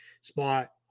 spot